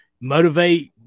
motivate